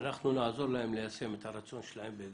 נעזור להם ליישם את הרצון שלהם.